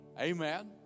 Amen